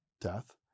death